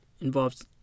involves